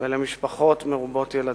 ולמשפחות מרובות ילדים.